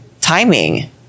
timing